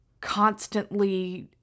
constantly